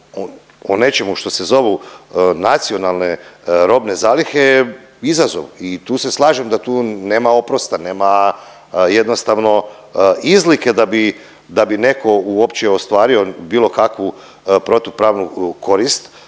o nečemu što se zove nacionalne robne zalihe je izazov i tu se slažem da tu nema oprosta, nema jednostavno izlike da bi, da bi netko uopće ostvario bilo kakvu protupravnu korist.